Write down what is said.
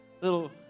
little